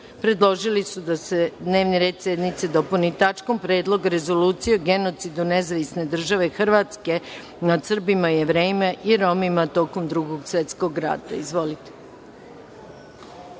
predložili su da se dnevni red sednice dopuni tačkom – Predlog rezolucije o genocidu Nezavisne države Hrvatske nad Srbima i Jevrejima i Romima tokom Drugog svetskog rata.